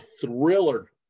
thriller